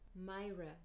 Myra